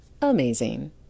amazing